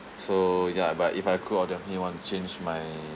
so ya but if I could I'll definitely want to change my